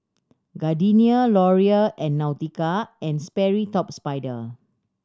Gardenia Laurier and Nautica and Sperry Top Sider